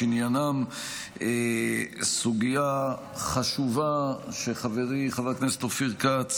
שעניינם סוגיה חשובה שחברי חבר הכנסת אופיר כץ